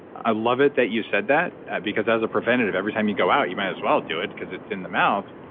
i love it that you said that, because as a preventative every time you go out you might as well do it, because it's in the mouth.